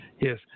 Yes